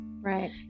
Right